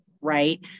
right